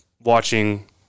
watching